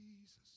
Jesus